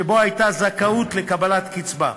שבו הייתה זכאות לקבלת קצבה.